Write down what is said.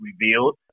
revealed